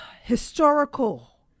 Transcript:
historical